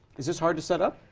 is this hard to set up?